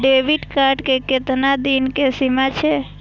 Debit card के केतना दिन के सीमा छै?